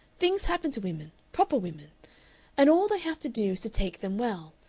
things happen to women proper women and all they have to do is to take them well.